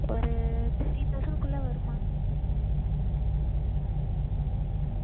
ஒரு த்ரீ தௌசண்ட்குள்ளே வரும்மா ம்